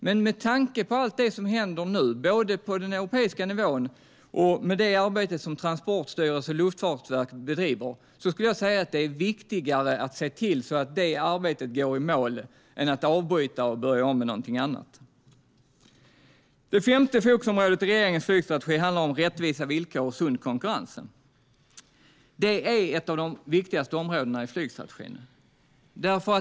Men med tanke på allt det som händer nu på den europeiska nivån och i det arbete som Transportstyrelsen och Luftfartsverket bedriver är det viktigare att se till att det arbetet går i mål än att avbryta och börja om med någonting annat. Det femte fokusområdet i regeringens flygstrategi handlar om rättvisa villkor och sund konkurrens. Det är ett av de viktigaste områdena i flygstrategin.